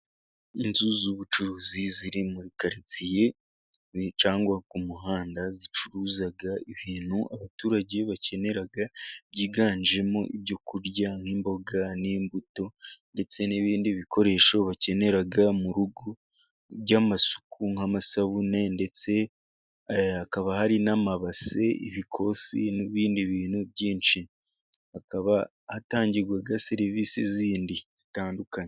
Inzu z'ubucuruzi ziri muri karitsiye cyangwa ku muhanda, zicuruza ibintu abaturage bakenera ,byiganjemo ibyo kurya nk'imboga, n'imbuto ndetse n'ibindi bikoresho bakenera mu rugo by'amasuku, nk'amasabune ndetse hakaba hari n'amabase, ibikosi n'ibindi bintu byinshi, akaba hatangirwa serivisi zindi zitandukanye.